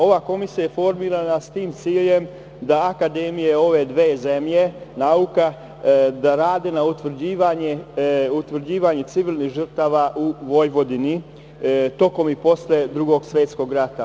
Ova komisija je formirana s tim ciljem da akademije nauka ove dve zemlje rade na utvrđivanju civilnih žrtava u Vojvodini tokom i posle Drugog svetskog rata.